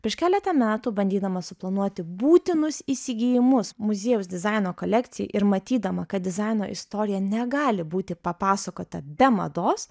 prieš keletą metų bandydama suplanuoti būtinus įsigijimus muziejaus dizaino kolekcijai ir matydama kad dizaino istorija negali būti papasakota be mados